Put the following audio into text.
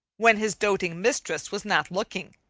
when his doting mistress was not looking,